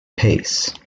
pace